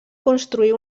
construir